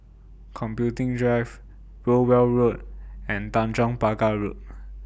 Computing Drive Rowell Road and Tanjong Pagar Road